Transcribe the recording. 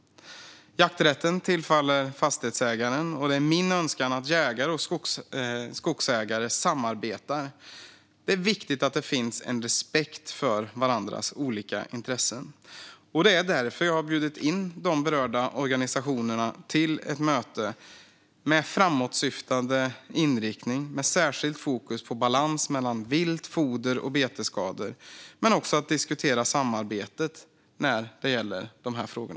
Jakträtten tillfaller fastighetsägaren, och det är min önskan att jägare och skogsägare samarbetar. Det är viktigt att det finns en respekt för varandras olika intressen. Det är därför jag har bjudit in de berörda organisationerna till ett möte med framåtsyftande inriktning med särskilt fokus på balans mellan vilt, foder och betesskador men också för att diskutera samarbetet när det gäller dessa frågor.